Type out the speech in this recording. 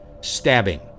stabbing